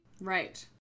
Right